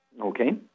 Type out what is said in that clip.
Okay